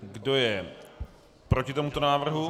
Kdo je proti tomuto návrhu?